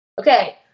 Okay